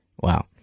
Wow